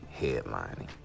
headlining